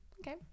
Okay